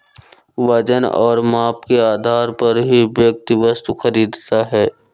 वजन और माप के आधार पर ही व्यक्ति वस्तु खरीदता है